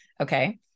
Okay